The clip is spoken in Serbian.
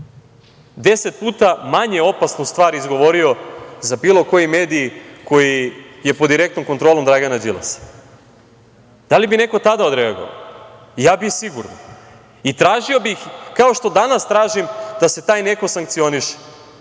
deset puta manje opasnu stvar izgovorio za bilo koji medij koji je pod direktnom kontrolom Dragana Đilasa? Da li bi neko tada odreagovao? Ja bih sigurno. I tražio bih, kao što danas tražim, da se taj neko sankcioniše,